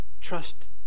trust